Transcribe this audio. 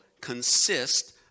consist